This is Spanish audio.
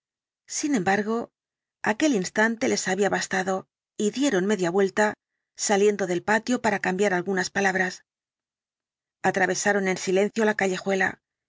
sin embargo aquel instante les había bastado y dieron media vuelta saliendo del patio para cambiar algunas palabras atravesaron en silencio la callejuela